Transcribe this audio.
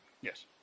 Yes